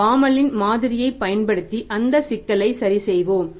எனவே பாமால் இன் மாதிரியை பயன்படுத்தி அந்த சிக்கலை சரி செய்வோம்